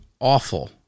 awful